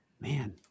man